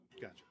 Gotcha